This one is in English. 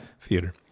theater